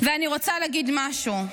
ואני רוצה להגיד משהו.